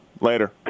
Later